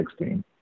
2016